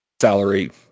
salary